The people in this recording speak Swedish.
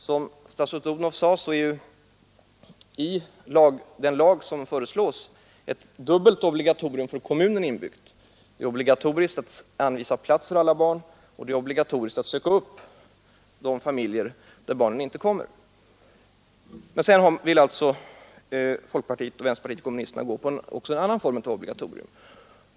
Som statsrådet Odhnoff sade är ett dubbelt obligatorium för kommunen inbyggt i den lag som föreslås, nämligen dels att anvisa plats för alla barn, dels att söka upp de familjer vilkas barn inte har infunnit sig. Men där vill folkpartiet och vänsterpartiet kommunisterna ha också en annan form av obligatorium.